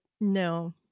no